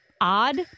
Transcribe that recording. odd